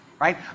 right